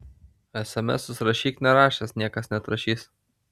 esemesus rašyk nerašęs niekas neatrašys